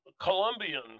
Colombian